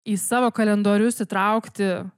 į savo kalendorius įtraukti